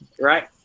right